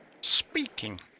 Speaking